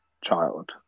child